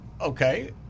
okay